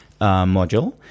module